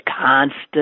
constant